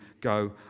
go